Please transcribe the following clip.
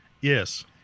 Yes